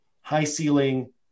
high-ceiling